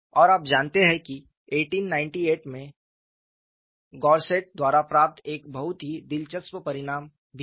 और आप जानते हैं कि 1898 में गौरसैट द्वारा प्राप्त एक बहुत ही दिलचस्प परिणाम भी था